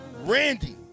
Randy